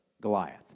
Goliath